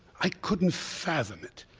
i couldn't fathom it.